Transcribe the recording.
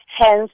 Hence